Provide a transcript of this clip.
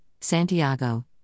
Santiago